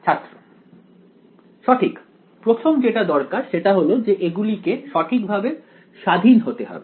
ছাত্র সঠিক প্রথম যেটা দরকার সেটা হলো যে এগুলিকে সঠিকভাবে স্বাধীন হতে হবে